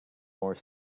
more